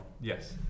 Yes